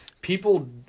people